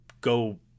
go